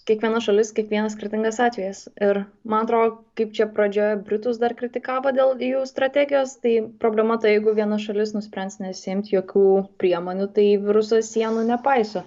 kiekviena šalis kiekvienas skirtingas atvejis ir man atrodo kaip čia pradžioje britus dar kritikavo dėl jų strategijos tai problema tai jeigu viena šalis nuspręs nesiimt jokių priemonių tai virusas sienų nepaiso